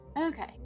Okay